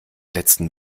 letzten